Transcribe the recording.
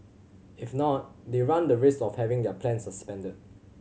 if not they run the risk of having their plan suspended